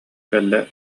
кэллэ